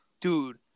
Dude